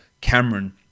Cameron